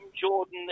Jordan